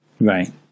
Right